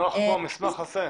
נוח כמו המסמך הזה?